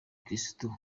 kristo